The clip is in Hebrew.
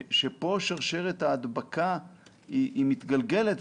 שפה שרשרת ההדבקה מתגלגלת,